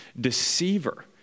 deceiver